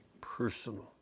personal